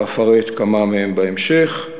ואפרט כמה מהם בהמשך.